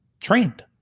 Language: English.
trained